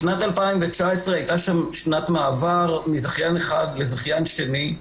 בשנת 2019 הייתה שם שנת מעבר מזכיין אחד לזכיין שני.